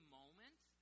moment